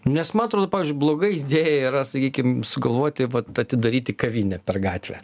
nes man atrodo pavyzdžiui blogai idėja yra sakykim sugalvoti vat atidaryti kavinę per gatvę